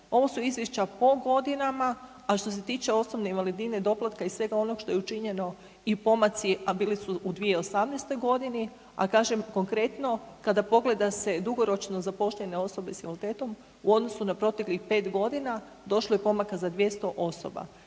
Ovo su izvješća po godinama, a što se tiče osobne invalidnine, doplatka i svega onog što je učinjeno i pomaci, a bili su u 2018.g., a kažem konkretno kada pogleda se dugoročno zapošljene osobe s invaliditetom u odnosu na proteklih 5.g. došlo je pomaka za 200 osoba.